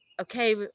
okay